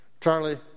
Charlie